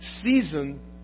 Season